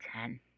ten